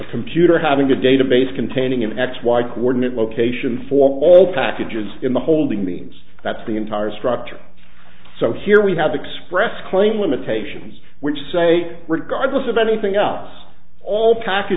the computer having a database containing an x y coordinate location for all packages in the holding means that's the entire structure so here we have express claim limitations which say regardless of anything else all